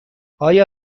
آیا